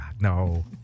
No